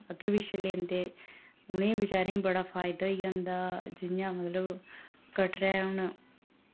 अग्गै पिच्छै लेंदे उ'नें बचारें बड़ा फायदा होई जंदा जि'यां मतलब कटरै हुन